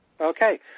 Okay